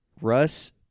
Russ